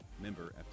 Member